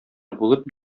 булып